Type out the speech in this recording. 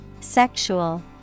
Sexual